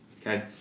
Okay